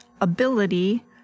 ability